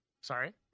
Sorry